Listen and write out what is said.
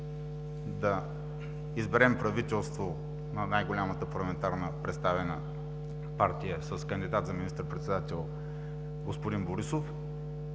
да изберем правителство на най-голямата парламентарно представена партия с кандидат за министър-председател господин Борисов.